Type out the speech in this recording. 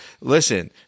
listen